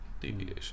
deviation